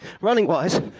running-wise